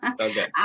Okay